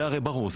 זה הרי ברור.